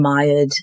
admired